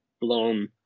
blown